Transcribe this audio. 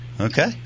Okay